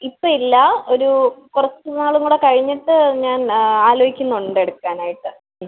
ഇപ്പോഴില്ല ഒരു കുറച്ച് നാളും കൂടെ കഴിഞ്ഞിട്ട് ഞാൻ ആലോചിക്കുന്നുണ്ട് എടുക്കാനായിട്ട് ഉം